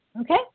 Okay